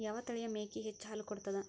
ಯಾವ ತಳಿಯ ಮೇಕಿ ಹೆಚ್ಚ ಹಾಲು ಕೊಡತದ?